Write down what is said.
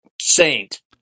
saint